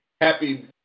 happy